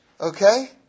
Okay